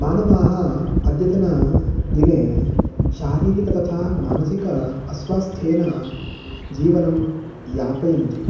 मानवाः अद्यतनदिने शारीरिक तथा मानसिक अस्वास्थ्येन जीवनं यापयन्ति